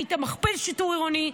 היית מכפיל שיטור עירוני,